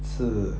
是